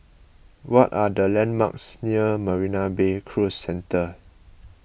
what are the landmarks near Marina Bay Cruise Centre